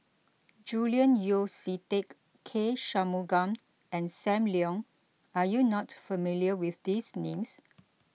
Julian Yeo See Teck K Shanmugam and Sam Leong are you not familiar with these names